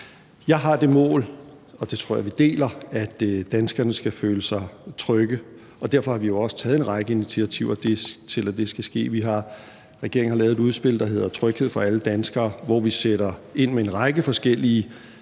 Jeg har det mål, og det tror jeg vi deler, at danskerne skal føle sig trygge, og derfor har vi jo også taget en række initiativer til, at det skal ske. Regeringen har lavet et udspil, der hedder »Tryghed for alle danskere«, hvor vi sætter ind med en række forskellige